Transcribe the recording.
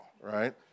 right